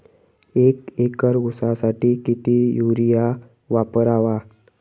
एक एकर ऊसासाठी किती युरिया वापरावा?